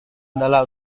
adalah